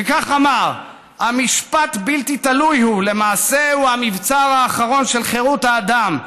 כך אמר: "המשפט הבלתי-תלוי הוא למעשה המבצר האחרון של חירות האדם,